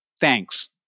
Thanks